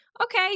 Okay